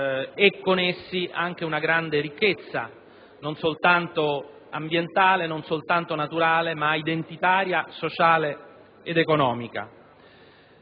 e, con essi, anche una grande ricchezza, non soltanto ambientale e naturale, ma identitaria, sociale ed economica.